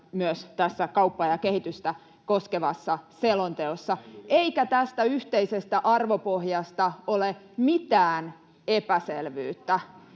myös tässä kauppaa ja kehitystä koskevassa selonteossa, [Kimmo Kiljusen välihuuto] eikä tästä yhteisestä arvopohjasta ole mitään epäselvyyttä